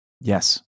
Yes